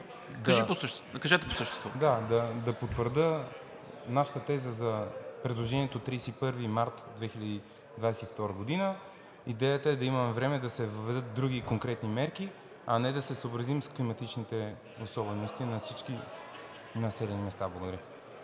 Кажете по същество. ВЛАДИМИР ТАБУТОВ: Да потвърдя нашата теза за предложението 31 март 2022 г. Идеята е да имаме време да се въведат други конкретни мерки, а не да се съобразим с климатичните особености на всички населени места. Благодаря.